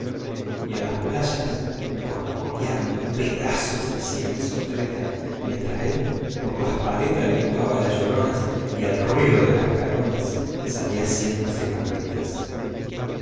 y en las playas corcoviando pedazos se hacía el sotreta mientras él por las paletas le jugaba las lloronas y al ruido de las caronas salía haciendo gambetas